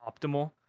optimal